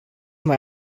mai